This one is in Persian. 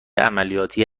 عملیاتی